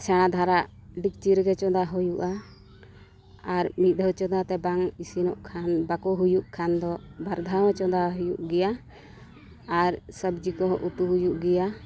ᱥᱮᱬᱟ ᱫᱷᱟᱨᱟ ᱰᱮᱠᱪᱤ ᱨᱮᱜᱮ ᱪᱚᱱᱫᱟ ᱦᱩᱭᱩᱜᱼᱟ ᱟᱨ ᱢᱤᱫ ᱫᱷᱟᱣ ᱪᱚᱱᱫᱟ ᱛᱮ ᱵᱟᱝ ᱤᱥᱤᱱᱚᱜ ᱠᱷᱟᱱ ᱵᱟᱠᱚ ᱦᱩᱭᱩᱜ ᱠᱷᱟᱱ ᱫᱚ ᱵᱟᱨ ᱫᱷᱟᱣ ᱦᱚᱸ ᱪᱚᱱᱫᱚ ᱦᱩᱭᱩᱜ ᱜᱮᱭᱟ ᱟᱨ ᱥᱚᱵᱽᱡᱤ ᱠᱚ ᱩᱛᱩ ᱦᱩᱭᱩᱜ ᱜᱮᱭᱟ